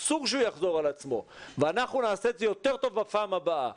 אסור שהוא יחזור על עצמו ואנחנו נעשה את זה יותר טוב בפעם הבאה.